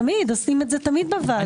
תמיד עושים את זה בוועדה הזאת.